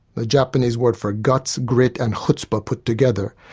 the japanese word for guts, grit and chutzpah put together,